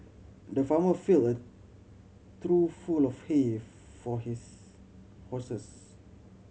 the farmer filled a trough full of hay for his horses